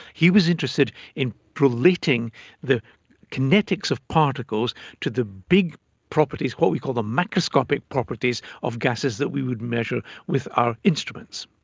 he was interested in prolating the kinetics of particles to the big properties of what we call the macroscopic properties of gases that we would measure with our instruments.